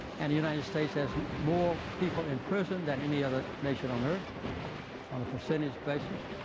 and the united states has more people in prison than any other nation on earth on a percentage basis.